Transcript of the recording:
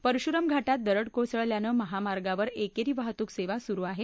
परश्राम घाटात दरड कोसळल्यानं महामार्गावर एकेरी वाहतूक सुरू आहे